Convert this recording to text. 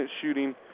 shooting